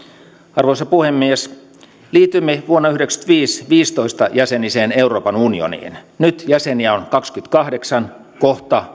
arvoisa puhemies liityimme viisitoista jäseniseen euroopan unioniin vuonna yhdeksänkymmentäviisi nyt jäseniä on kaksikymmentäkahdeksan kohta